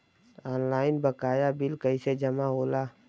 Online बकाया bill कैसे जमा होला?